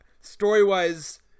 story-wise